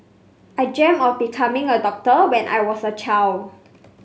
I dreamt of becoming a doctor when I was a child